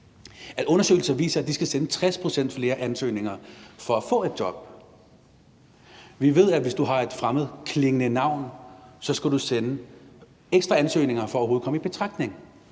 at undersøgelser viser, at de skal sende 60 pct. flere ansøgninger for at få et job. Vi ved, at hvis du har et fremmedklingende navn, skal du sende ekstra ansøgninger for overhovedet at komme i betragtning.